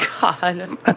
God